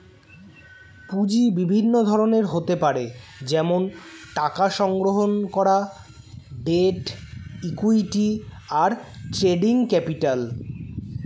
পুঁজি বিভিন্ন ধরনের হতে পারে যেমন টাকা সংগ্রহণ করা, ডেট, ইক্যুইটি, আর ট্রেডিং ক্যাপিটাল